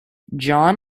john